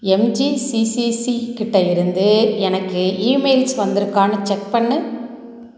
MGCCC கிட்டேயிருந்து எனக்கு emails வந்திருக்கான்னு செக் பண்ணு